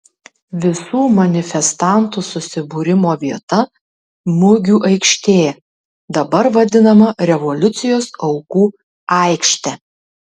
visų manifestantų susibūrimo vieta mugių aikštė dabar vadinama revoliucijos aukų aikšte